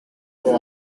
for